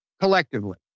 collectively